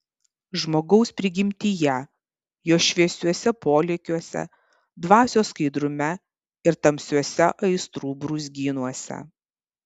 žmogaus prigimtyje jo šviesiuose polėkiuose dvasios skaidrume ir tamsiuose aistrų brūzgynuose